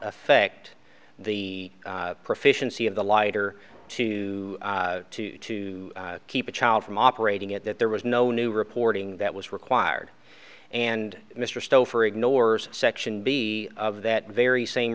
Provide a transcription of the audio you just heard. affect the proficiency of the lighter to two to keep the child from operating it that there was no new reporting that was required and mr stouffer ignores section b of that very same